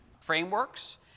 frameworks